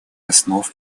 основ